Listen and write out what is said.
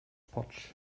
potch